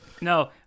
No